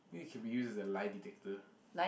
know it can be used as a lie detector